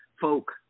folk